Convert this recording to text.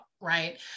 right